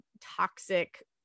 toxic